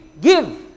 Give